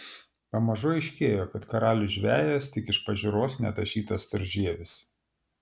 pamažu aiškėjo kad karalius žvejas tik iš pažiūros netašytas storžievis